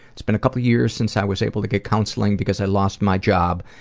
it's been a couple of years since i was able to get counseling because i lost my job,